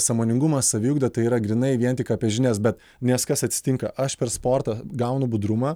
sąmoningumas saviugda tai yra grynai vien tik apie žinias bet nes kas atsitinka aš per sportą gaunu budrumą